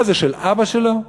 מה, זה של אבא שלו?